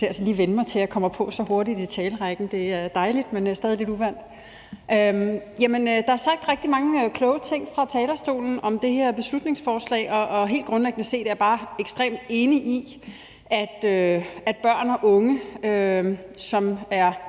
altså lige vænne mig til, at jeg kommer så hurtigt på i talerrækken. Det er dejligt, men stadig væk uvant. Der er sagt rigtig mange kloge ting fra talerstolen om det her beslutningsforslag, og helt grundlæggende er jeg bare ekstremt enig i, at børn og unge, som er